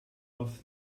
off